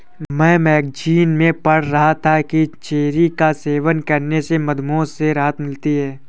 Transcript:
मैं मैगजीन में पढ़ रहा था कि चेरी का सेवन करने से मधुमेह से राहत मिलती है